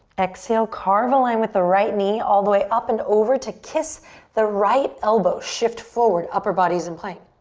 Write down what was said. exhale, carve a line with the right knee all the way up and over to kiss the right elbow. shift forward. upper body's in plank.